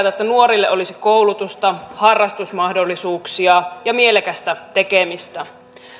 että nuorille olisi koulutusta harrastusmahdollisuuksia ja mielekästä tekemistä